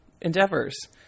endeavors